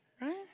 Right